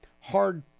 hard